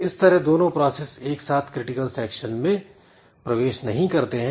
इस तरह दोनों प्रोसेस एक साथ क्रिटिकल सेक्शन में प्रवेश नहीं करते हैं